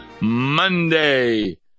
Monday